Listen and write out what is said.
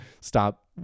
stop